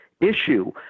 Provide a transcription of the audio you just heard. issue